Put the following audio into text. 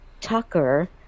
Tucker